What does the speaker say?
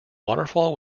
waterfall